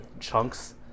chunks